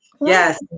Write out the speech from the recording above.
Yes